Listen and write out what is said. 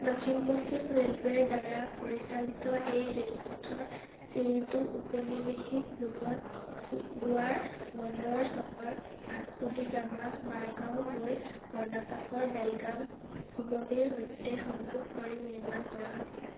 দক্ষিণ পশ্চিম ৰে'লৱেৰ দ্বাৰা পৰিচালিত এই ৰে'লপথৰ চিৰিটো উপনিৱেশিক যুগত গোৱাৰ বন্দৰ চহৰ ভাস্কো দি গামাক মাৰ্গাও হৈ কৰ্ণাটকৰ বেলগাম হু হুবলীৰ সৈতে সংযোগ কৰি নিৰ্মাণ কৰা হৈছিল